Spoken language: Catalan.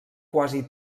quasi